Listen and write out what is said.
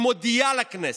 היא מודיעה לכנסת.